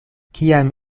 kiam